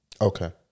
Okay